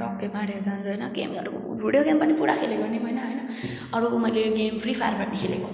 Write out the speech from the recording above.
टक्कै मारेर जान्छ होइन गेमहरू भिडियो गेम पनि पुरा खेलेको नि होइन अरू मैले गेम फ्री फायर भन्ने खेलेको